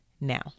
now